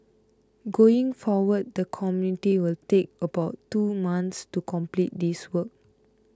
going forward the committee will take about two months to complete this work